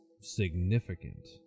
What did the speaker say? significant